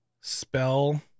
spell